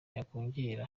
yakongera